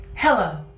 Hello